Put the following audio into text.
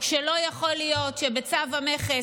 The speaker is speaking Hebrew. שלא יכול להיות שבצו המכס,